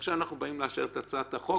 עכשיו אנחנו באים לאשר את הצעת החוק.